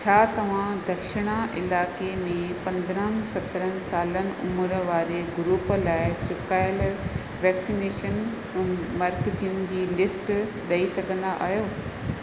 छा तव्हां दक्षिण इलाइके में पंद्रहं सत्रहनि साल उमिरि वारे ग्रूप लाइ चुकाइल वैक्सीनेशन मर्कज़नि जी लिस्ट ॾई सघंदा आहियो